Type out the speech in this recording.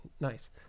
nice